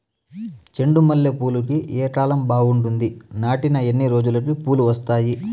చెండు మల్లె పూలుకి ఏ కాలం బావుంటుంది? నాటిన ఎన్ని రోజులకు పూలు వస్తాయి?